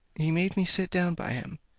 he made me sit down by him,